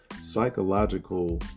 psychological